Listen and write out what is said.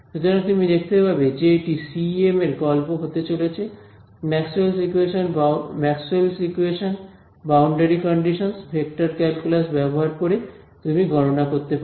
সুতরাং তুমি দেখতে পাবে যে এটি সিইএম এর গল্প হতে চলেছে Maxwell's equations Maxwell's equations boundary conditions vector calculus ব্যবহার করে তুমি গণনা করতে পারো